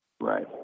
Right